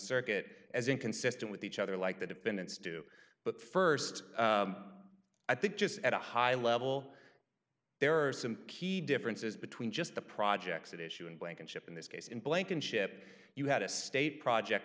circuit as inconsistent with each other like the defendants do but st i think just at a high level there are some key differences between just the projects at issue and blankenship in this case in blankenship you had a state project